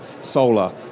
Solar